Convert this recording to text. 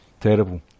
terrible